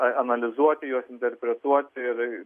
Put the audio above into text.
analizuoti juos interpretuoti ir